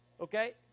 okay